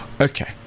Okay